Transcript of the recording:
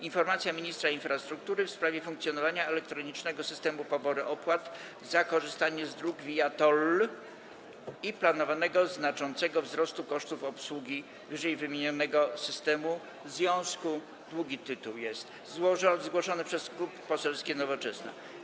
Informacja ministra infrastruktury w sprawie funkcjonowania elektronicznego systemu poboru opłat za korzystanie z dróg viaTOLL i planowanego znaczącego wzrostu kosztów obsługi ww. systemu, w związku..., długi tytuł jest, zgłoszony przez Klub Poselski Nowoczesna.